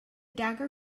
dagger